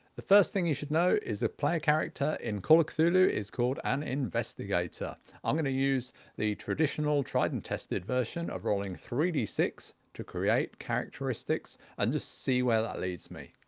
the first thing you should know is a player character in call of cthulhu is called an investigator i'm going to use the traditional tried and tested version of rolling three d six to create characteristics and just see where that leads me.